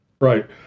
Right